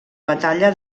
batalla